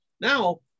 Now